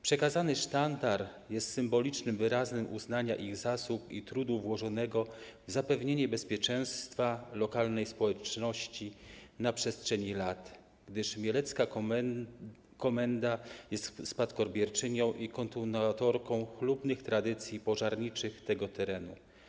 Przekazany sztandar jest symbolicznym wyrazem uznania ich zasług i trudu włożonego w zapewnienie bezpieczeństwa lokalnej społeczności na przestrzeni lat, gdyż mielecka komenda jest spadkobierczynią i kontynuatorką chlubnych tradycji pożarniczych tego terenu.